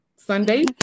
Sunday